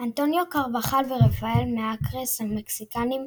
אנטוניו קרבחאל ורפאל מארקס המקסיקנים,